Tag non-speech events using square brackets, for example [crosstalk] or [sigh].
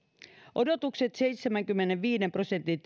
odotukset seitsemänkymmenenviiden prosentin [unintelligible]